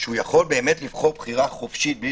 שהוא יכול באמת לבחור בחירה חופשית בלי